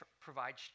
provides